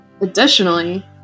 Additionally